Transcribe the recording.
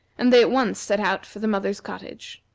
and they at once set out for the mother's cottage.